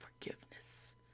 forgiveness